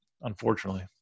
Unfortunately